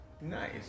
Nice